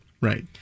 Right